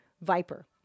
Viper